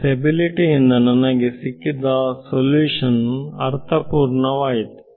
stability ಇಂದ ನನಗೆ ಸಿಕ್ಕಿದ ಸಲ್ಯೂಷನ್ ಅರ್ಥಪೂರ್ಣ ವಾಯಿತು